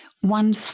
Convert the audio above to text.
one